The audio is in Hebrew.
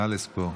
נא לספור.